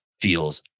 feels